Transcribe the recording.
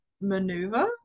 maneuver